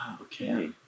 Okay